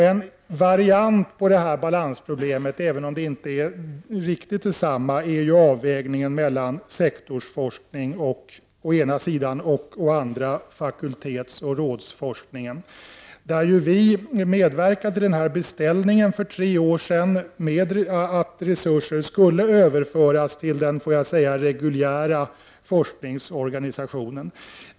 En variant av det här balansproblemet, även om det inte är riktigt detsamma, är avvägningen mellan å ena sidan sektorsforskningen och å andra sidan fakultetsoch rådsforskningen. För tre år sedan medverkade vi i beställningen av att resurser skulle överföras till den reguljära — låt mig kalla den det — forskningsorganisationen.